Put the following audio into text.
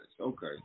Okay